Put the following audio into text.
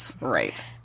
Right